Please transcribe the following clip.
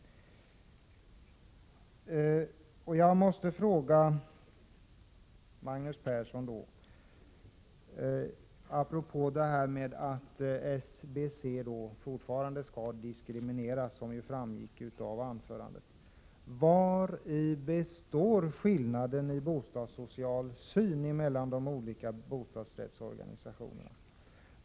Jag måste fråga Magnus Persson apropå beskedet att SBC fortfarande skall diskrimineras, vilket framgick av hans anförande: Vari består skillnaden i bostadssocial syn mellan de olika bostadsrättsorganisationerna?